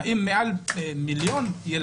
האם לפי הנתון הזה של מעל מיליון ילדים